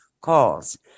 calls